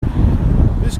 this